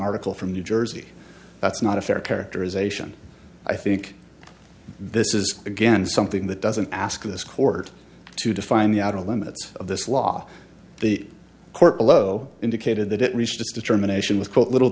article from new jersey that's not a fair characterization i think this is again something that doesn't ask this court to define the outer limits of this law the court below indicated that it reached its determination with quote little